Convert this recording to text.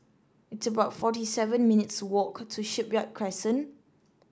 it's about forty seven minutes' walk to Shipyard Crescent